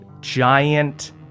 giant